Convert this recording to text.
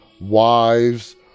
wives